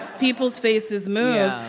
people's faces move.